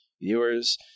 viewers